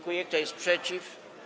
Kto jest przeciw?